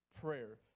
prayer